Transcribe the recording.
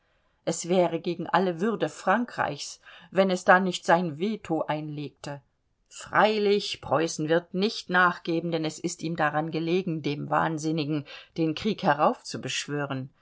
es wäre gegen alle würde frankreichs wenn es da nicht sein veto einlegte freilich preußen wird nicht nachgeben denn es ist ihm daran gelegen dem wahnsinnigen den krieg